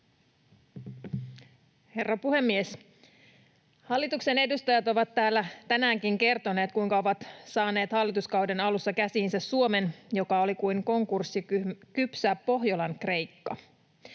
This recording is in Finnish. Herra puhemies! Hallituksen edustajat ovat täällä tänäänkin kertoneet, kuinka ovat saaneet hallituskauden alussa käsiinsä Suomen, joka oli kuin konkurssikypsä Pohjolan Kreikka.